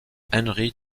henry